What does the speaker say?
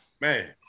Man